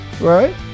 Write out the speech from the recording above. right